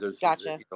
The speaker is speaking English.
Gotcha